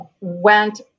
went